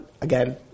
again